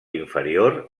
inferior